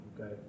okay